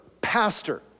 pastor